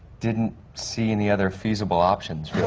didn't see any other feasible options,